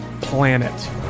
planet